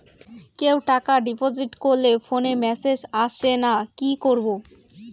কেউ টাকা ডিপোজিট করলে ফোনে মেসেজ আসেনা কি করবো?